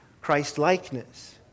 Christ-likeness